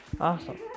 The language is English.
Awesome